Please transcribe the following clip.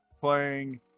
playing